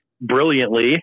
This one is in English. brilliantly